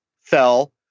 fell